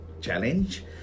challenge